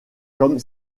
comme